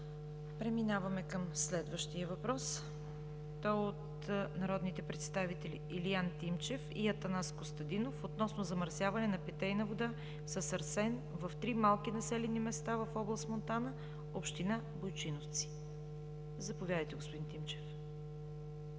Преминаваме към следващия въпрос. Той е от народните представители Илиян Тимчев и Атанас Костадинов относно замърсяване на питейна вода с арсен в три малки населени места в област Монтана, община Бойчиновци. Заповядайте, господин Тимчев.